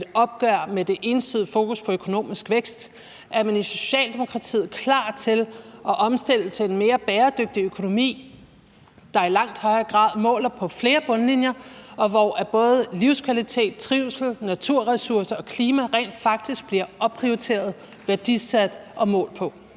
et opgør med det ensidige fokus på økonomisk vækst? Er man i Socialdemokratiet klar til at omstille til en mere bæredygtig økonomi, der i langt højere grad måler på flere bundlinjer, og hvor både livskvalitet, trivsel, naturressourcer og klima rent faktisk bliver opprioriteret, værdisat og målt på?